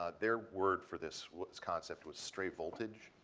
ah their word for this concept would stray voltage.